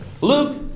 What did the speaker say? Luke